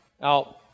Now